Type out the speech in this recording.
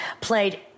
played